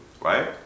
right